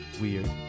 weird